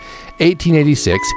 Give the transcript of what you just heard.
1886